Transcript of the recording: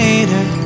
Later